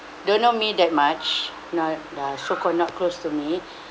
don't know me that much you know uh so called not close to me